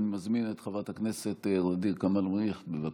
אני מזמין את חברת הכנסת ע'דיר כמאל מריח, בבקשה.